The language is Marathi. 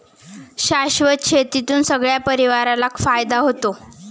शाश्वत शेतीतून सगळ्या परिवाराला फायदा होतो